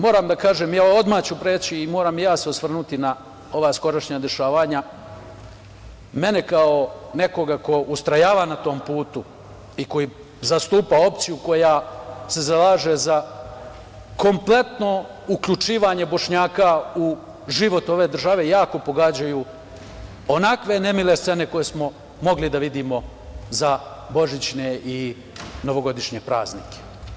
Moram se i ja osvrnuti na ova skorašnja dešavanja, mene kao nekog ko ustrajava na ovom putu i ko zastupa opciju koja se zalaže za kompletno uključivanje Bošnjaka u život ove države jako pogađaju onakve nemile scene koje smo mogli da vidimo za Božićne i novogodišnje praznike.